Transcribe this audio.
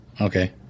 Okay